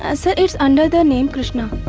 ah sir, it's under the name krishna.